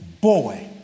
boy